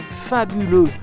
fabuleux